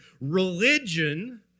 Religion